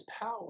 power